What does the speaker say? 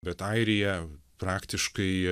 bet airija praktiškai